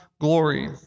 glory